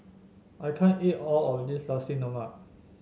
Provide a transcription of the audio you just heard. I can't eat all of this Nasi Lemak